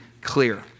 clear